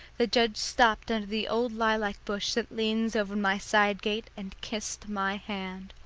the judge stopped under the old lilac bush that leans over my side-gate and kissed my hand.